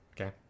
Okay